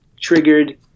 Triggered